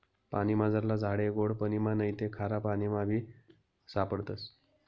पानीमझारला झाडे गोड पाणिमा नैते खारापाणीमाबी सापडतस